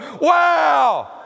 Wow